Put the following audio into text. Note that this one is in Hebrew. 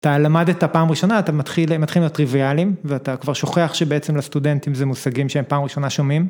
אתה למדת פעם ראשונה, אתה מתחיל עם הטריוויאליים ואתה כבר שוכח שבעצם לסטודנטים זה מושגים שהם פעם ראשונה שומעים...